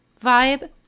vibe